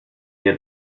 der